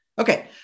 Okay